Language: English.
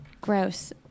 Gross